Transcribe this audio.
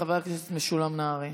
חבר הכנסת משולם נהרי.